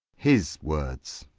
his words!